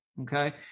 okay